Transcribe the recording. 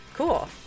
Cool